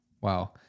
Wow